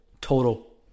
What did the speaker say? total